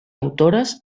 autores